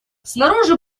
снаружи